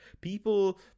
People